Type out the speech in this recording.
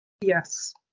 yes